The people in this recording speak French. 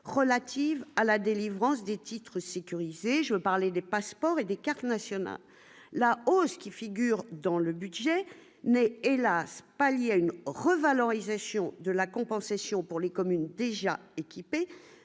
relatives à la délivrance des titres sécurisés, je veux parler des passeports et des cartes nationales la hausse qui figure dans le budget n'est hélas pas lié à une revalorisation de la compensation pour les communes déjà équipés,